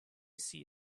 see